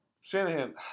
Shanahan